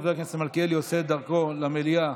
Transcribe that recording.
חבר הכנסת מלכיאלי עושה את דרכו למליאה.